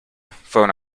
phone